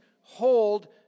hold